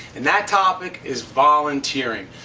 and that topic is volunteering.